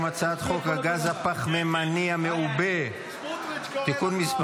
הצעת חוק הגז הפחמימני המעובה (תיקון מס'